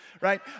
right